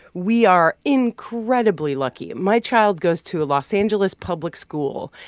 we are incredibly lucky. my child goes to a los angeles public school.